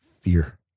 fear